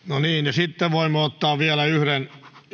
sitten voimme ottaa vielä yhden